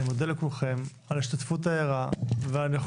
אני מודה לכולכם על ההשתתפות הערה והנכונות